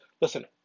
Listen